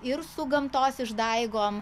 ir su gamtos išdaigom